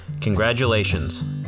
Congratulations